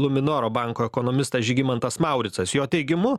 luminoro banko ekonomistas žygimantas mauricas jo teigimu